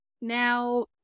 Now